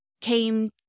came